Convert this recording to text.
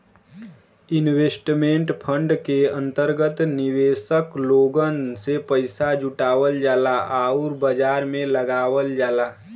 investment fund के अंतर्गत निवेशक लोगन से पइसा जुटावल जाला आउर बाजार में लगावल जाला